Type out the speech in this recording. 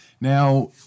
Now